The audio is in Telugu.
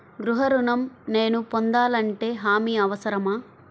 గృహ ఋణం నేను పొందాలంటే హామీ అవసరమా?